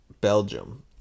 Belgium